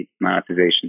monetization